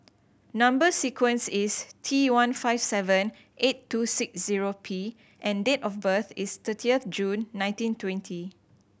number sequence is T one five seven eight two six zero P and date of birth is thirty June nineteen twenty